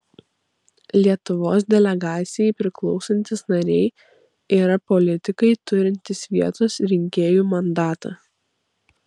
lietuvos delegacijai priklausantys nariai yra politikai turintys vietos rinkėjų mandatą